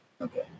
Okay